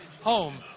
home